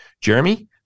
Jeremy